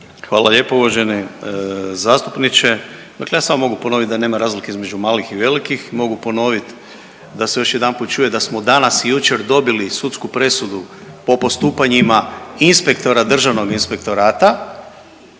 Hvala lijepo uvaženi zastupniče, dakle ja samo mogu ponovit da nema razlike između malih i velikih, mogu ponoviti da se još jedanput čuje da smo danas i jučer dobili sudsku presudu po postupanjima inspektora Državnog inspektorata